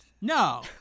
No